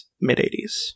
Mid-80s